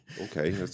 Okay